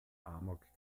amok